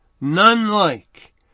none-like